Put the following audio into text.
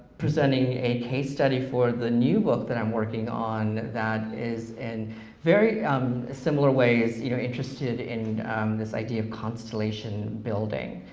presenting a case study for the new book that i'm working on, that is in very similar ways you know interested in this idea of constellation building,